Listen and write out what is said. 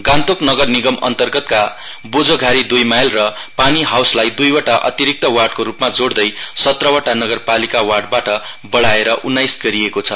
गान्तोक नगर निगम अन्तर्गतका बोझोघारी दुई माईल र पानी हाउसलाई दुईवटा अतिरिक्त वार्डको रूपमा जोड्दै सत्रवटा नगरपालिकावार्डबाट ब्राएर उनाइस गरिएको छ